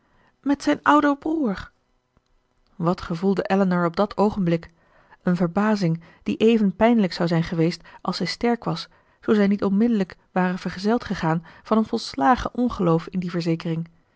met zijn ouderen broeder wat gevoelde elinor op dat oogenblik een verbazing die even pijnlijk zou zijn geweest als zij sterk was zo zij niet onmiddellijk ware vergezeld gegaan van een volslagen ongeloof in die verzekering